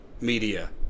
media